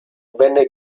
venne